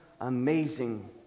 amazing